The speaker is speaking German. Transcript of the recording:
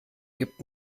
gibt